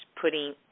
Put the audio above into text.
putting